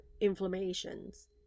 inflammations